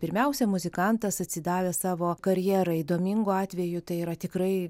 pirmiausia muzikantas atsidavęs savo karjerai domingo atveju tai yra tikrai